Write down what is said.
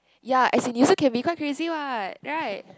ya as in you also can be quite crazy [what] right